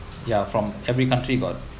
ya from every country got